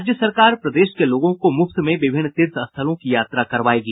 राज्य सरकार प्रदेश के लोगों को मुफ्त में विभिन्न तीर्थ स्थलों की यात्रा करवायेगी